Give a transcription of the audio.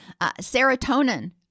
Serotonin